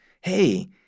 hey